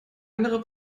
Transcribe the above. andere